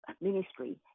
ministry